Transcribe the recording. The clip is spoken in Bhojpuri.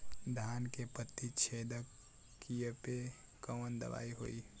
धान के पत्ती छेदक कियेपे कवन दवाई होई?